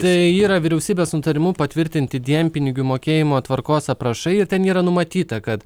tai yra vyriausybės nutarimu patvirtinti dienpinigių mokėjimo tvarkos aprašai ir ten yra numatyta kad